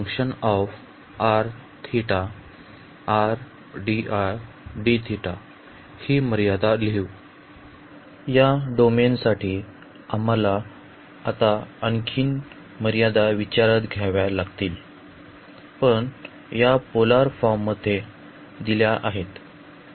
या डोमेन साठी आम्हाला आता आणखी मर्यादा विचारात घ्याव्या लागतील पण या पोलार फॉर्म मध्ये दिल्या आहेत